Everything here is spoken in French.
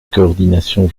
coordination